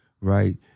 right